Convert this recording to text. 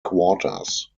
quarters